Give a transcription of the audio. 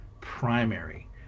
primary